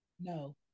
No